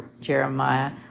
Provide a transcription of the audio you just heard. Jeremiah